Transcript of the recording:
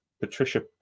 Patricia